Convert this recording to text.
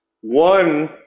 One